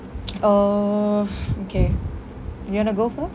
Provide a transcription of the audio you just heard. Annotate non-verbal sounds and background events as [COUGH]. [NOISE] uh okay you want to go first